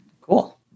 Cool